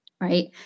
right